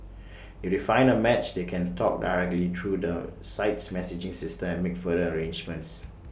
if they find A match they can talk directly through the site's messaging system and make further arrangements